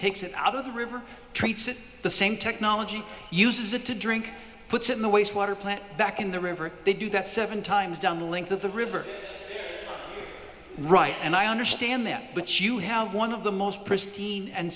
takes it out of the river treats it the same technology uses it to drink puts in the waste water plant back in the river they do that seven times down the length of the river right and i understand that but you have one of the most pristine and